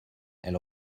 elle